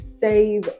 save